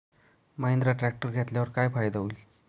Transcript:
Mahindra tractor घेतल्यावर काय फायदा होईल?